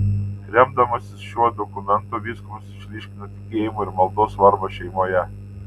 remdamasis šiuo dokumentu vyskupas išryškino tikėjimo ir maldos svarbą šeimoje